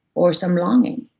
or some longing.